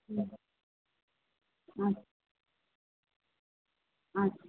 হুম আচ্ছা আচ্ছা